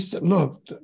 look